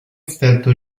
stato